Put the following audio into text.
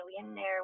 millionaire